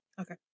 Okay